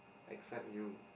except you